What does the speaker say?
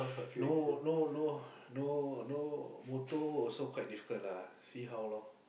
no no no no no motto also quite difficult lah see how lor